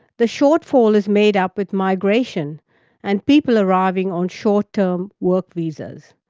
the shortfall is made up with migration and people arriving on short-term work visas.